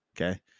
Okay